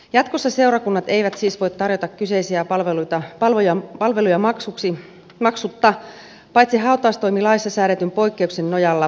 jatkossa seurakunnat eivät siis voi tarjota kyseisiä palveluja maksutta paitsi hautaustoimilaissa säädetyn poikkeuksen nojalla